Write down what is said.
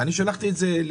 אני גם מכיר.